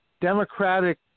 Democratic